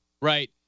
Right